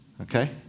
Okay